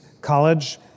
College